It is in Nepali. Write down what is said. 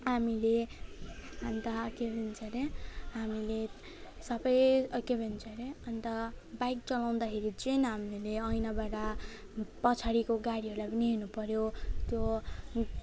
हामीले अन्त के भन्छ अरे हामीले सबै के भन्छ अन्त बाइक चलाउँदाखेरि चाहिँ हामीले ऐनाबाट पछाडिको गाडीहरूलाई पनि हेर्नुपर्यो त्यो